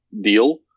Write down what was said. deal